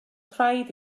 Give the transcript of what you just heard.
rhaid